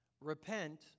Repent